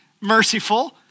merciful